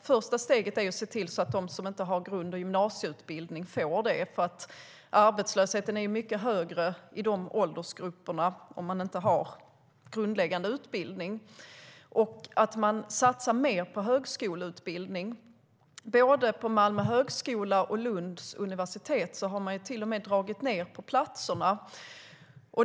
Det första steget är att se till att de som inte har grund och gymnasieutbildning får det - arbetslösheten är mycket högre i de åldersgrupperna bland dem som inte har en grundläggande utbildning - och att satsa mer på högskoleutbildning. Både Malmö högskola och Lunds universitet har till och med dragit ned på platserna.